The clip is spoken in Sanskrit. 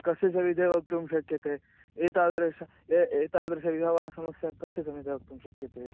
कस्य सविधे वक्तुं शक्यते एतादृश ए एतादृश विधवः समस्या कस्य समीपे वक्तुं शक्यते